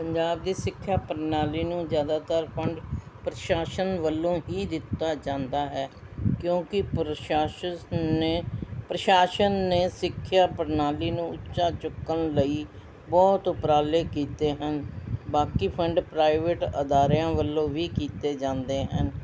ਪੰਜਾਬ ਦੀ ਸਿੱਖਿਆ ਪ੍ਰਨਾਲੀ ਨੂੰ ਜ਼ਿਆਦਾਤਰ ਫੰਡ ਪ੍ਰਸ਼ਾਸ਼ਨ ਵੱਲੋਂ ਹੀ ਦਿੱਤਾ ਜਾਂਦਾ ਹੈ ਕਿਉਂਕਿ ਪ੍ਰਸ਼ਾਸ਼ਨ ਨੇ ਪ੍ਰਸ਼ਾਸ਼ਨ ਨੇ ਸਿੱਖਿਆ ਪ੍ਰਣਾਲੀ ਨੂੰ ਉੱਚਾ ਚੁੱਕਣ ਲਈ ਬਹੁਤ ਉਪਰਾਲੇ ਕੀਤੇ ਹਨ ਬਾਕੀ ਫੰਡ ਪ੍ਰਾਈਵੇਟ ਅਦਾਰਿਆਂ ਵੱਲੋਂ ਵੀ ਕੀਤੇ ਜਾਂਦੇ ਹਨ